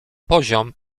poziom